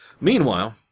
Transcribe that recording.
Meanwhile